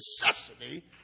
necessity